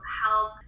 help